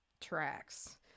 tracks